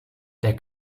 der